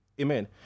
Amen